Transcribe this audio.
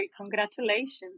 congratulations